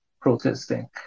protesting